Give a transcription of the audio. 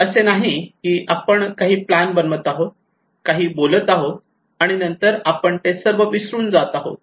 हे असे नाही की आपण काही प्लान बनवत आहोत काही बोलत आहोत आणि नंतर आपण ते सर्व विसरून जात आहोत